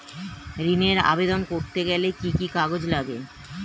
ঋণের আবেদন করতে গেলে কি কি কাগজ লাগে?